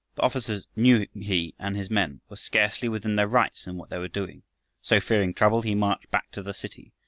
the officer knew he and his men were scarcely within their rights in what they were doing so, fearing trouble, he marched back to the city,